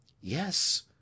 Yes